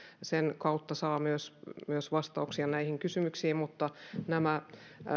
sen kautta saa myös myös vastauksia näihin kysymyksiin mutta nämä